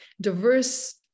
diverse